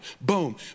boom